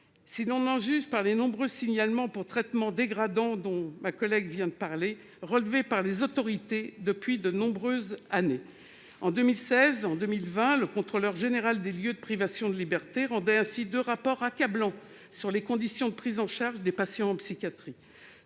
si l'on en juge par les nombreux signalements pour traitements dégradants- ma collègue vient d'évoquer ce point -relevés par les autorités depuis des années. En 2016 et en 2020, la Contrôleure générale des lieux de privation de liberté rendait ainsi deux rapports accablants sur les conditions de prise en charge des patients en psychiatrie.